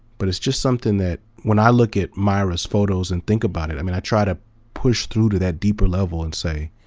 but it's just something that, when i look at myra's photos and think about it, i mean, i try to push through to that deeper level and say,